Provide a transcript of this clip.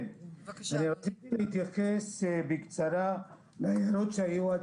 בבקשה אני רציתי להתייחס בקצרה להערות שהיו עד